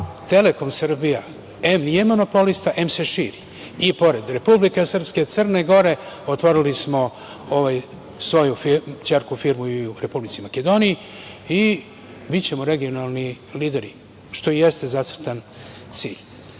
Telekom Srbija, em nije monopolista, em se širi i pored Republika Srpska, Crna Gora, otvorili smo svoju ćerku firmu i u republici Makedoniji, i bićemo regionalni lideri, što jeste zacrtan cilj. Ono